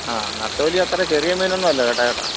ആ നത്തോലി അത്ര ചെറിയ മീനൊന്നുമല്ല കേട്ടോ ചേട്ടാ